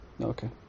Okay